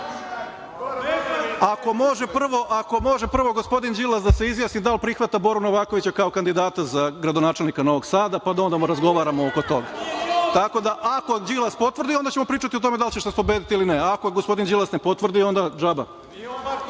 može prvo gospodin Đilas da se izjasni da li prihvata Boru Novakovića kao kandidata za gradonačelnika Novog Sada, pa da onda razgovaramo oko toga. Tako da, ako Đilas potvrdi, onda ćemo pričati o tome da li ćeš nas pobediti ili ne, a ako gospodin Đilas ne potvrdi, onda džaba. Što